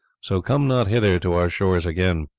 so come not hither to our shores again.